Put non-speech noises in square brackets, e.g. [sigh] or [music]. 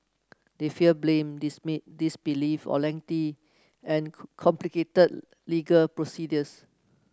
they fear blame [unintelligible] disbelief or lengthy and complicated legal procedures